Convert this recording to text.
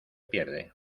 pierde